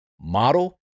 model